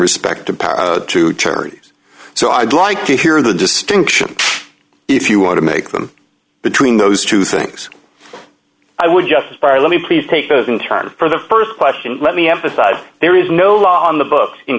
respect to turkeys so i'd like to hear the distinction if you want to make them between those two things i would just buy let me please take those in turn for the st question let me emphasize there is no law on the books in